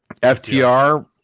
FTR